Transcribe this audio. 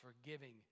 forgiving